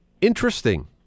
interesting